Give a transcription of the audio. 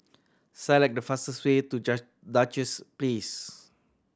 select the fastest way to Duchess Place